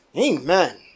Amen